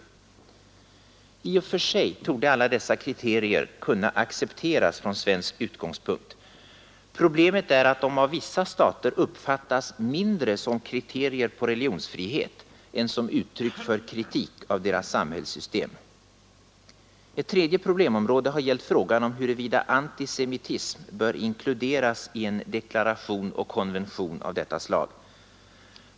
I och för sig torde alla dessa kriterier kunna accepteras från svensk utgångspunkt. Problemet är att de av vissa stater uppfattas mindre som kriterier på religionsfrihet än som uttryck för kritik av deras samhällssystem. Ett tredje problemområde har gällt frågan om huruvida antisemitism bör inkluderas i en deklaration och konvention av detta slag.